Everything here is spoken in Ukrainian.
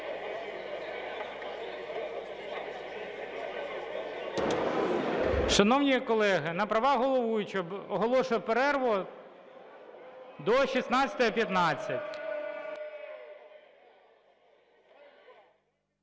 Шановні колеги, на правах головуючого оголошую перерву до 16:15.